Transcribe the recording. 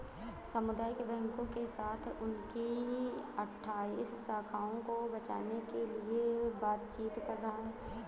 सामुदायिक बैंकों के साथ उनकी अठ्ठाइस शाखाओं को बेचने के लिए बातचीत कर रहा है